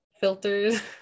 filters